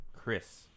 Chris